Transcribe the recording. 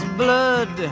blood